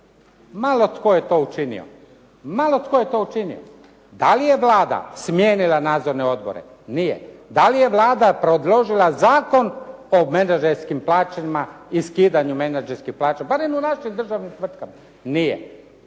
malo tko je to učinio. Da li je Vlada smijenila nadzorne odbore? Nije. Da li je Vlada predložila zakon o menadžerskim plaćama i skidanju menadžerskih plaća barem u našim državnim tvrtkama? Nije.